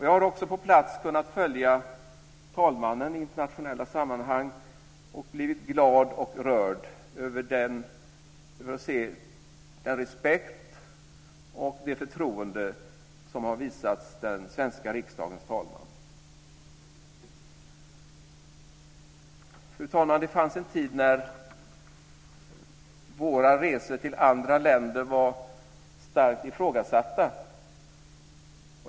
Jag har också på plats kunnat följa talmannen i internationella sammanhang och blivit glad och rörd över att se den respekt och det förtroende som har visats den svenska riksdagens talman. Fru talman! Det fanns en tid när våra resor till andra länder var starkt ifrågasatta.